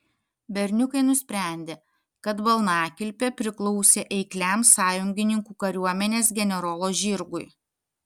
berniukai nusprendė kad balnakilpė priklausė eikliam sąjungininkų kariuomenės generolo žirgui